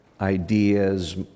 ideas